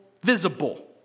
Visible